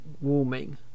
warming